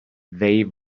they